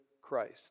Christ